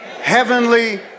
heavenly